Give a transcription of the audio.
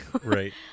right